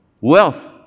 wealth